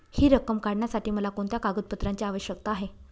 हि रक्कम काढण्यासाठी मला कोणत्या कागदपत्रांची आवश्यकता आहे?